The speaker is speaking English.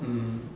mm